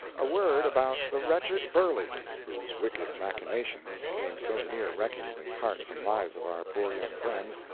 a word about the wretched burley, whose wicked machinations came so near wrecking the hearts and lives of our poor young friends,